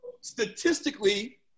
statistically